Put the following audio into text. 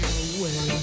away